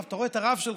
אתה רואה את הרב שלך,